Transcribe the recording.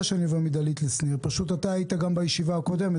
אתה היית בישיבה הקודמת.